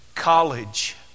College